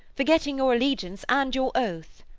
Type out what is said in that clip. forgetting your allegiance and your oath?